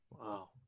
Wow